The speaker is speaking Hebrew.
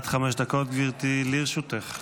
עד חמש דקות, גבירתי, לרשותך.